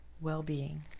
well-being